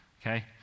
okay